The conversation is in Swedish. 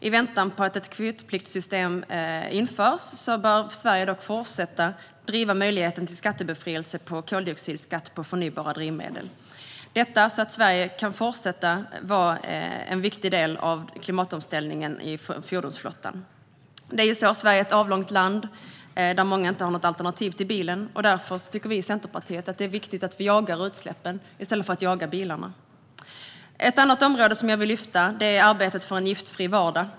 I väntan på att ett kvotpliktssystem införs bör Sverige fortsätta att driva möjligheten till skattebefrielse från koldioxidskatt på förnybara drivmedel så att dessa drivmedel kan fortsätta att vara en viktig del i klimatomställningen av den svenska fordonsflottan. Sverige är ett avlångt land där många inte har något alternativ till bilen. Därför anser Centerpartiet att det är viktigt att jaga utsläppen i stället för bilarna. Ett annat område jag vill lyfta fram är arbetet för en giftfri vardag.